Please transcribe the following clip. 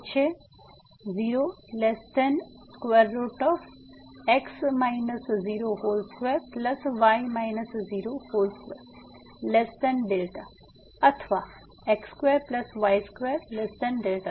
તે છે 022δ અથવા x2y22